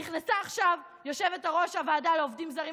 נכנסה עכשיו יושבת-ראש הוועדה לעובדים זרים,